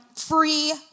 free